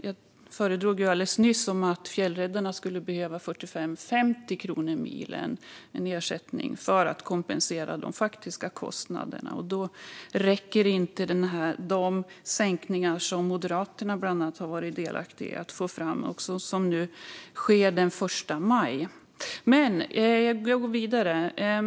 Jag föredrog alldeles nyss att fjällräddarna skulle behöva 45-50 kronor milen för att kompensera för de faktiska kostnaderna, och då räcker inte de sänkningar som bland annat Moderaterna har varit delaktiga i att få fram och som nu sker den 1 maj. Jag går vidare.